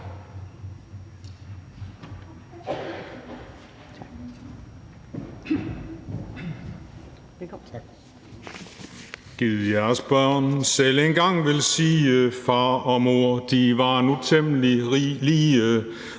»Gid jeres børn selv engang vil sige/far og mor de var nu tem'lig lige/og